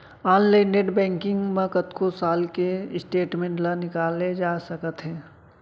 online net banking म कतको साल के स्टेटमेंट ल निकाले जा सकत हे